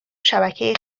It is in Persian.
شبکه